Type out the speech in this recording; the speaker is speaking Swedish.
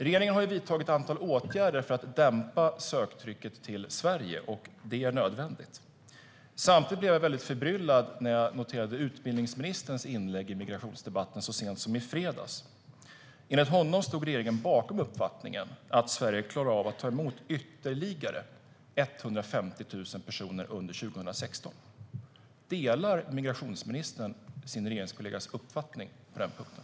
Regeringen har vidtagit ett antal åtgärder för att dämpa söktrycket på Sverige. Det är nödvändigt. Samtidigt blev jag förbryllad när jag noterade utbildningsministerns inlägg i migrationsdebatten så sent som i fredags. Enligt honom står regeringen bakom uppfattningen att Sverige klarar av att ta emot ytterligare 150 000 personer under 2016. Delar migrationsministern sin regeringskollegas uppfattning på den punkten?